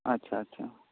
ᱟᱪᱪᱷᱟ ᱟᱪᱪᱷᱟ